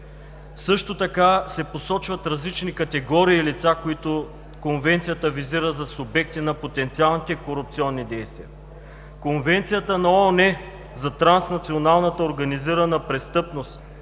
Също така се посочват различни категории лица, които Конвенцията визира за субекти на потенциалните корупционни действия. Конвенцията на ООН за транснационалната организирана престъпност.